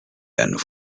and